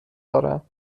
دارم